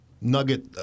nugget